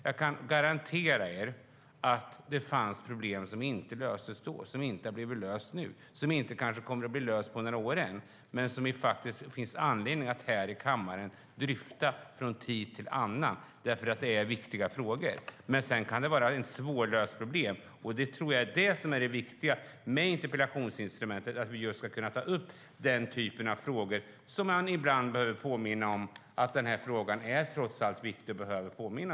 Jag kan garantera er att det finns problem som inte löstes då, som inte är lösta nu och som kanske inte kommer att lösas än på några år men som det finns anledning att dryfta här i kammaren från tid till annan därför att de är viktiga frågor. Sedan kan det vara svårlösta problem. Jag tror att det som är viktigt med interpellationsinstrumentet är att vi ska kunna ta upp den typen av frågor som man ibland behöver påminna om att de är viktiga.